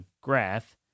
graph